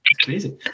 crazy